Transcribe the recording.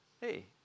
hey